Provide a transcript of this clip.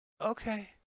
okay